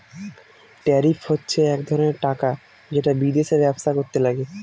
tariff হচ্ছে এক ধরনের টাকা যেটা বিদেশে ব্যবসা করলে লাগে